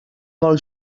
pel